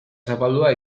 zapaldua